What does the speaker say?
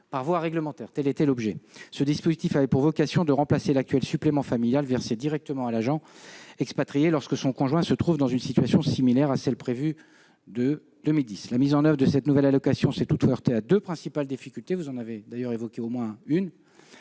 par voie réglementaire ». Ce dispositif avait pour vocation de remplacer l'actuel supplément familial versé directement à l'agent expatrié lorsque son conjoint se trouve dans une situation similaire à celle qui est prévue dans le texte de 2010. La mise en oeuvre de cette nouvelle allocation s'est toutefois heurtée à deux principales difficultés ; vous en avez d'ailleurs évoqué au moins une.